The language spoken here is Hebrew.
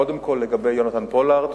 קודם כול לגבי יונתן פולארד,